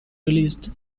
released